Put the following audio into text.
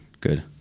good